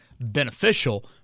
beneficial